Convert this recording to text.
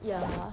ya